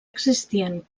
existien